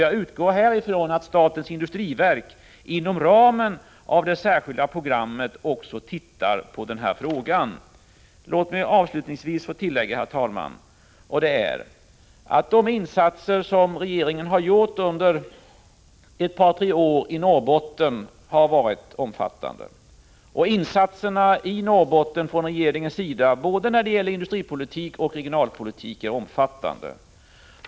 Jag utgår här ifrån att statens industriverk inom ramen för det särskilda programmet också tittar på den här frågan. Herr talman! Låt mig avslutningsvis få tillägga att de insatser som regeringen under de senaste två tre åren har gjort i Norrbotten, både när det gäller industripolitik och när det gäller regionalpolitik, har varit omfattande.